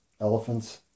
elephants